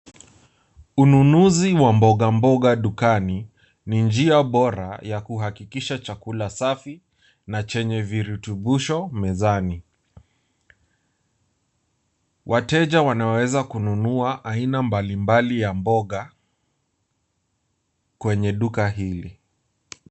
Ununuzi wa mbogamboga dukani ni njia bora ya kuhakikisha chakula safi na chenye virutubisho mezani. Wateja wanaweza kununua aina mbalimbali ya mboga kwenye duka hili.